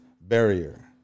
barrier